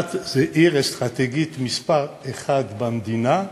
אילת זאת העיר האסטרטגית מספר אחת במדינה,